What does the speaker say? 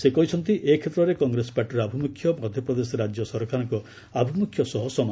ସେ କହିଛନ୍ତି ଏ କ୍ଷେତ୍ରରେ କଂଗ୍ରେସ ପାର୍ଟିର ଆଭିମୁଖ୍ୟ ମଧ୍ୟପ୍ରଦେଶ ରାଜ୍ୟ ସରକାରଙ୍କ ଆଭିମ୍ରଖ୍ୟ ସହ ସମାନ